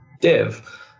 div